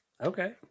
Okay